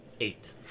Eight